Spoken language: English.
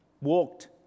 walked